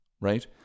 Right